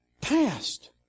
Past